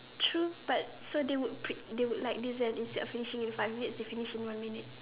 true but so they would they would like instead of finish in five minute they finish in one minute